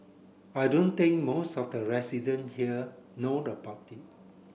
I don't think most of the resident here know about it